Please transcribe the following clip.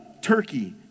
Turkey